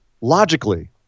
logically